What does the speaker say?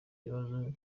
ikibazo